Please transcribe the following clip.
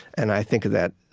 and i think that,